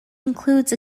includes